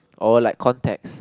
oh like context